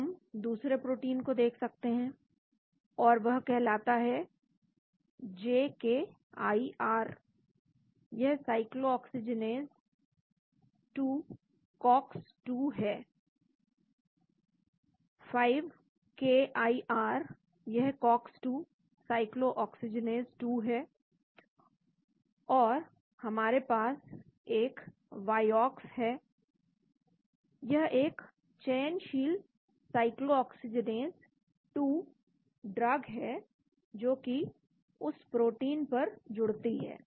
अब हम दूसरे प्रोटीन को देख सकते हैं और वह कहलाता है 5केआईआर यह साइक्लोऑक्सीजनेस 2 कॉक्स 2 है 5केआईआर यह कॉक्स 2 साइक्लोऑक्सीजनेस 2 है और हमारे पास एक वायोक्स है यह एक चयनशील साइक्लोऑक्सीजनेस 2 ड्रग है जोकि उस प्रोटीन पर जुड़ती है